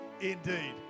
indeed